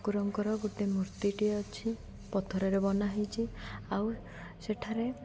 ଠାକୁରଙ୍କର ଗୋଟେ ମୂର୍ତ୍ତିଟିଏ ଅଛି ପଥରରେ ବନା ହେଇଛି ଆଉ ସେଠାରେ